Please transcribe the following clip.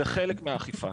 זה חלק מהאכיפה.